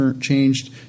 changed